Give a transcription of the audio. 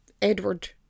Edward